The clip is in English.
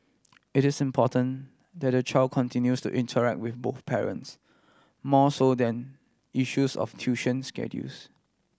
it is important that the child continues to interact with both parents more so than issues of tuition schedules